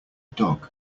dog